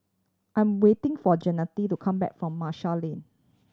I am waiting for Jeanette to come back from Marshall Lane